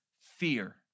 fear